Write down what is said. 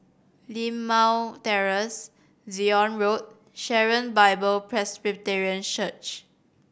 Limau Terrace Zion Road Sharon Bible Presbyterian Church